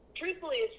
truthfully